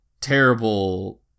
terrible